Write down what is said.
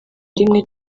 rimwe